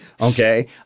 okay